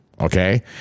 Okay